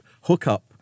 hookup